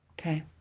Okay